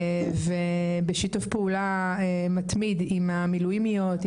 בשיתוף פעולה מתמיד עם המילואימיות,